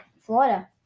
Florida